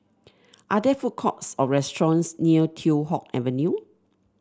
are there food courts or restaurants near Teow Hock Avenue